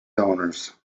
donors